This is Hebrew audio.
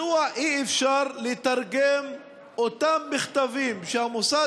מדוע אי-אפשר לתרגם את אותם מכתבים שהמוסד